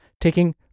taking